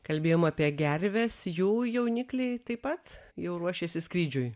kalbėjom apie gerves jų jaunikliai taip pat jau ruošiasi skrydžiui